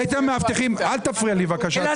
אל תפריע לי, בבקשה.